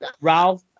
Ralph